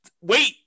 Wait